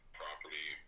property